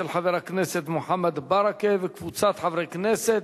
של חבר הכנסת מוחמד ברכה וקבוצת חברי הכנסת.